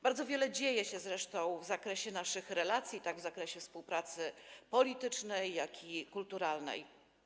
Bardzo wiele dzieje się zresztą w zakresie naszych relacji, tak w zakresie współpracy politycznej, jak i kulturalnej.